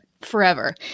forever